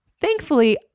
Thankfully